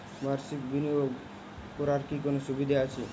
বাষির্ক বিনিয়োগ করার কি কোনো সুবিধা আছে?